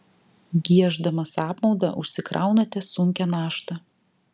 gieždamas apmaudą užsikraunate sunkią naštą